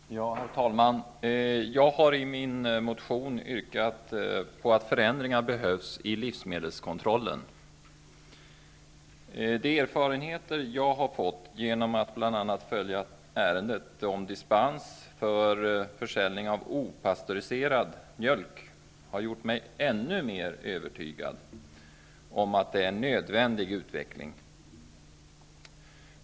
Herr talman! Jag har i min motion yrkat på att förändringar skall göras i livsmedelskontrollen. De erfarenheter som jag har fått genom att bl.a. följa ärendet om dispens för försäljning av opastöriserad mjölk har gjort mig ännu mer övertygad om att det är en nödvändig utveckling.